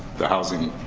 the housing